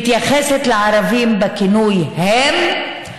מתייחסת לערבים בכינוי "הם",